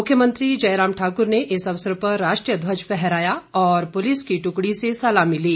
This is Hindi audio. मुख्यमंत्री जयराम ठाकुर ने इस अवसर पर राष्ट्रीय ध्वज फहराया और पुलिस टुकड़ी से सलामी ली